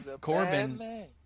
Corbin